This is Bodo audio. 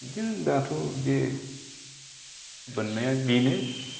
बिदिनो दाथ' बे बोननाया बेनो